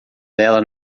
dela